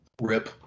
Rip